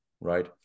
right